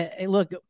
look